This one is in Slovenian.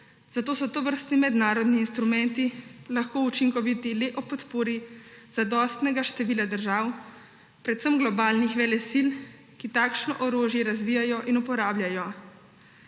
zato so tovrstni mednarodni instrumenti lahko učinkoviti le ob podpori zadostnega števila držav, predvsem globalnih veselil, ki takšno orožje razvijajo in uporabljajo.